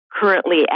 currently